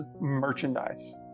merchandise